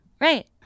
Right